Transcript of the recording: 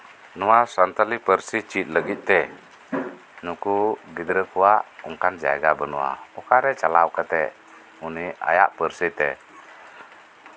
ᱱᱚᱣᱟ ᱥᱟᱱᱛᱟᱞᱤ ᱯᱟᱹᱨᱥᱤ ᱪᱮᱫ ᱞᱟᱹᱜᱤᱫᱛᱮ ᱱᱩᱠᱩ ᱜᱤᱫᱽᱨᱟᱹ ᱠᱚᱣᱟᱜ ᱚᱱᱠᱟᱱ ᱡᱟᱭᱜᱟ ᱵᱟᱹᱱᱩᱜᱼᱟ ᱚᱠᱟᱨᱮ ᱪᱟᱞᱟᱣ ᱠᱟᱛᱮᱫ ᱩᱱᱤ ᱟᱭᱟᱜ ᱯᱟᱹᱨᱥᱤᱛᱮ